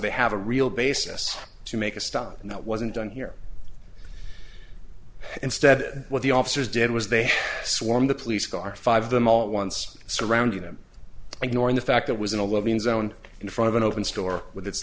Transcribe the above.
they have a real basis to make a stop and that wasn't done here instead what the officers did was they swarmed the police car five of them all at once surrounded them ignoring the fact that was in a living zone in front of an open store with